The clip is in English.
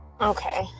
Okay